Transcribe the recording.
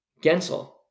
Gensel